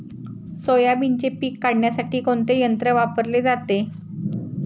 सोयाबीनचे पीक काढण्यासाठी कोणते यंत्र वापरले जाते?